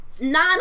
Nine